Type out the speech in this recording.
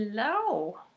Hello